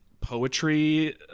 poetry